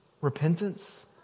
repentance